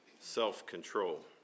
self-control